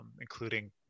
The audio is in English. including